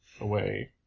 away